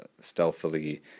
Stealthily